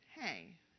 hey